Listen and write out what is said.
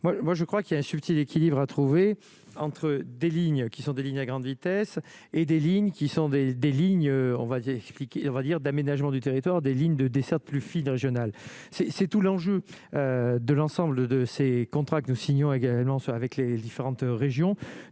moi je crois qu'il y a un subtil équilibre à trouver entre des lignes qui sont des lignes à grande vitesse et des lignes qui sont des lignes, on va dire, on va dire d'aménagement du territoire, des lignes de desserte plus fine régional c'est c'est tout l'enjeu de l'ensemble de ces contrats que nous signons avec Once avec les différentes régions